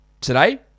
today